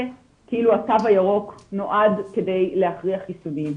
כאילו התו הירוק נועד כדי להכריח חיסונים.